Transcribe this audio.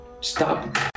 stop